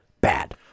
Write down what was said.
bad